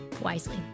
wisely